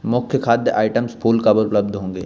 मुख्य खाद्य आइटम्स फूल कब उपलब्ध होंगे